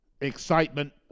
Excitement